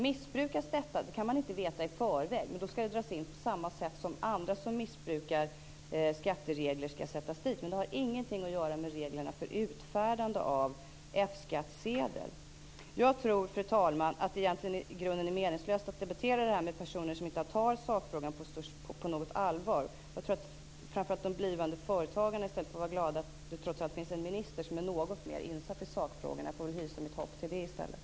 Missbrukas detta, och det kan man inte veta i förväg, skall F-skattsedeln dras in, liksom även andra som missbrukar skatteregler skall sättas dit. Men det har ingenting att göra med reglerna för utfärdande av F-skattsedel. Jag tror, fru talman, att det i grunden är meningslöst att debattera det här med personer som inte tar sakfrågan på allvar. Jag tror att framför allt de blivande företagarna i stället får vara glada att det trots allt finns en minister som är något mer insatt i sakfrågorna. Jag får väl sätta mitt hopp dit i stället.